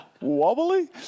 wobbly